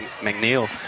McNeil